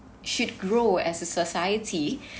should grow as a society